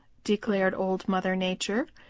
declared old mother nature,